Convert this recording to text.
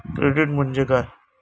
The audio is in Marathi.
क्रेडिट म्हणजे काय?